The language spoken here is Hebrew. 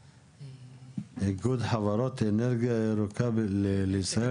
איגוד חברות אנרגיה ירוקה לישראל,